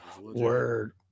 Word